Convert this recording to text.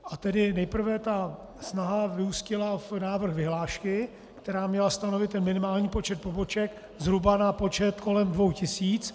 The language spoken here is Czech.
A tedy nejprve snaha vyústila v návrh vyhlášky, která měla stanovit minimální počet poboček zhruba na počet kolem 2 000.